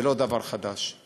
זה לא דבר חדש.